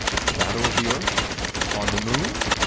shadow of the earth on the moon?